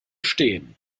stehen